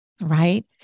right